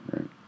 Right